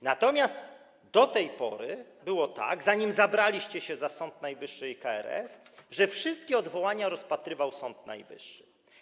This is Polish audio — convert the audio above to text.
Natomiast do tej pory było tak, zanim zabraliście się za Sąd Najwyższy i KRS, że wszystkie odwołania rozpatrywał Sąd Najwyższy.